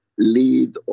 lead